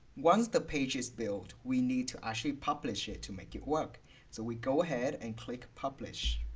once the page is built we need to actually publish it to make it work so we go ahead and click publish